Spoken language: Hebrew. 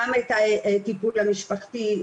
גם את הטיפול המשפחתי,